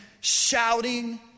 shouting